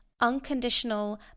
unconditional